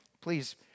please